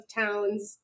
towns